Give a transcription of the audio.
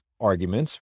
arguments